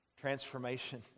transformation